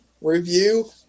review